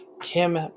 Kim